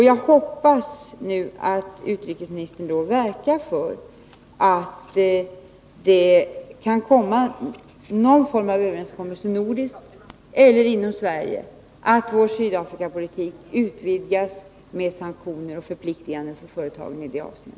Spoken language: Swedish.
Jag hoppas nu att utrikesministern verkar för någon form av överenskommelse, inom Norden Nr 124 eller inom Sverige, så att vår Sydafrikapolitik utvidgas med sanktioner och Måndagen den förpliktiganden för företagen i detta avseende.